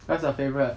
what's your favourite